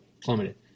plummeted